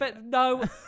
no